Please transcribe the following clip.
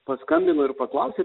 paskambino ir paklausė